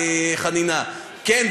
כן,